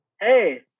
hey